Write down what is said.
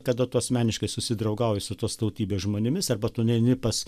kada tu asmeniškai susidraugauji su tos tautybės žmonėmis arba tu nueini pas